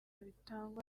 bitangwa